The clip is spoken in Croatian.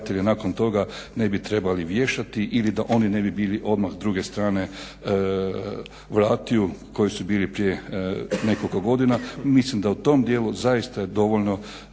ne bi trebali vješati ili da oni ne bi bili odmah s druge strane, vratio koji su bili prije nekoliko godina. Mislim da o tom dijelu zaista je dovoljno